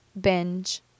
binge